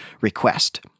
request